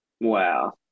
wow